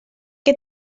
que